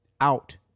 out